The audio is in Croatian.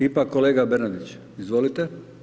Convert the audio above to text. Ipak kolega Bernardić, izvolite.